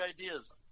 ideas